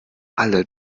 alle